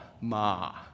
Ma